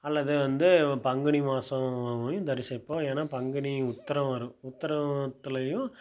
அல்லது வந்து பங்குனி மாதம் போய் தரிசிப்போம் ஏன்னால் பங்குனி உத்திர வரும் உத்திரத்துலையும்